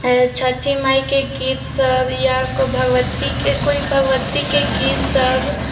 छठि माय के गीत सब या भगवती के कोइ भगवती के गीत सब